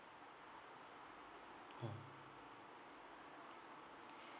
mm